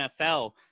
NFL